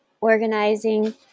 organizing